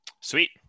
Sweet